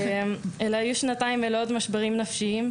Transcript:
אלו היו שנתיים מלאות משברים נפשיים,